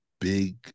big